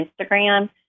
Instagram